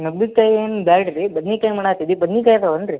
ನುಗ್ಗೆ ಕಾಯಿ ಏನು ಬ್ಯಾಡ್ರಿ ಬದ್ನೆ ಕಾಯಿ ಮಾಡೋ ಹತ್ತಿದ್ವಿ ಬದ್ನೆಕಾಯಿ ಅದಾವೇನು ರೀ